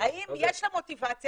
האם יש שם מוטיבציה